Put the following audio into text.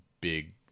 big